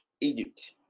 Egypt